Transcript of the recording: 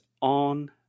on